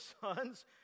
sons